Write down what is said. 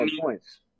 points